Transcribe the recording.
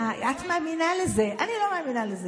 את רוצה שאני אגיד לך מה היה לי בלוויה של נעם רז ומה אמרו לעמר בר